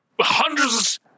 hundreds